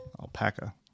Alpaca